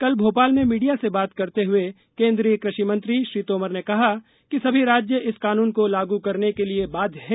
कल भोपाल में मीडिया से बात करते हुए केन्द्रीय कृषि मंत्री श्री तोमर ने कहा कि सभी राज्य इस कानून को लागू करने के लिए बाध्य है